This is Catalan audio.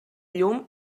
llum